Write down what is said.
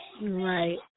Right